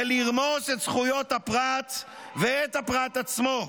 ולרמוס את זכויות הפרט ואת הפרט עצמו.